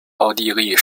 奥地利